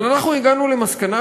אבל אנחנו הגענו למסקנה,